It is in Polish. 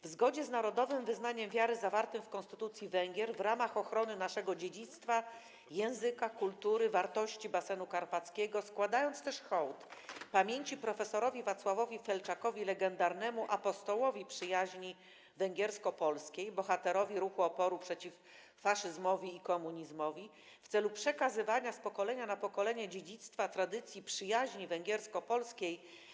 W zgodzie z narodowym wyznaniem wiary zawartym w konstytucji Węgier, w ramach ochrony naszego dziedzictwa, języka, kultury, wartości basenu karpackiego, składając też hołd pamięci prof. Wacława Felczaka, legendarnego apostoła przyjaźni węgiersko-polskiej, bohatera ruchu oporu przeciw faszyzmowi i komunizmowi, w celu przekazywania z pokolenia na pokolenie dziedzictwa tradycji przyjaźni węgiersko-polskiej,